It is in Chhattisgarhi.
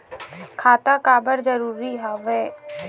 खाता का बर जरूरी हवे?